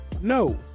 no